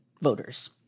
voters